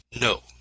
no